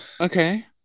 Okay